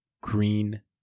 green